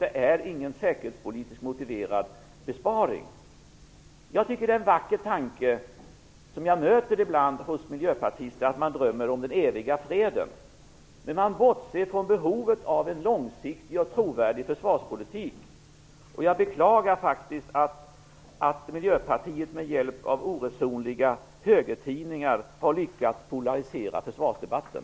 Det är inte fråga om någon säkerhetspolitiskt motiverad besparing. Jag tycker att det är en vacker tanke som jag ibland möter hos miljöpartister - man drömmer om den eviga freden. Men man bortser från behovet av en långsiktig och trovärdig försvarspolitik. Jag beklagar faktiskt att Miljöpartiet med hjälp av oresonliga högertidningar har lyckats polarisera försvarsdebatten.